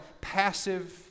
passive